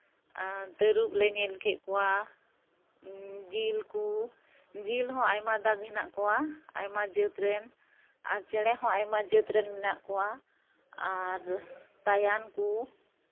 ᱟᱨ ᱛᱟᱹᱨᱩᱵ ᱞᱮ ᱧᱮᱞ ᱠᱮᱫ ᱠᱚᱣᱟ ᱡᱤᱞ ᱠᱚ ᱡᱤᱞ ᱦᱚᱸ ᱟᱭᱢᱟᱜᱮ ᱢᱮᱱᱟᱜ ᱠᱚᱣᱟ ᱟᱭᱢᱟ ᱡᱟᱹᱛ ᱨᱮᱱ ᱟᱨ ᱪᱮᱬᱮ ᱦᱚᱸ ᱟᱭᱢᱟ ᱡᱟᱹᱛ ᱨᱮᱱ ᱢᱮᱱᱟᱜ ᱠᱚᱣᱟ ᱟᱨ ᱛᱟᱭᱟᱱ ᱠᱚ